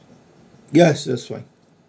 yes that's fine